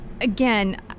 again